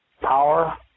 power